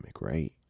Right